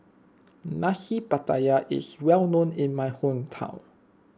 Nasi Pattaya is well known in my hometown